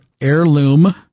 heirloom